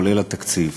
כולל התקציב.